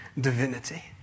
divinity